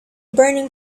burning